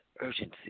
urgency